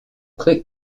click